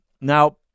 Now